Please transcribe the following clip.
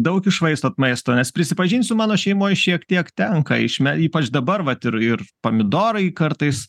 daug iššvaistot maisto nes prisipažinsiu mano šeimoj šiek tiek tenka išme ypač dabar vat ir ir pomidorai kartais